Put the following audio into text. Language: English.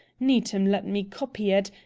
needham let me copy it,